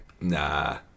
Nah